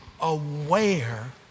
aware